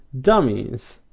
dummies